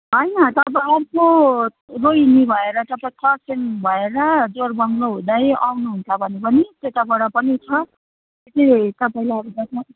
हैन तपाईँ अर्को रोहिनी भएर तपाईँ कर्सियङ भएर जोरबङ्लो हुँदै आउनुहुन्छ भने पनि त्यताबाट पनि छ त्यो चाहिँ तपाईँलाई